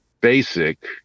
basic